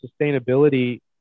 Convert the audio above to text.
sustainability